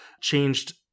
changed